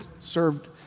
served